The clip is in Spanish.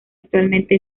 actualmente